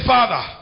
Father